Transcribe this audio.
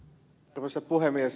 arvoisa puhemies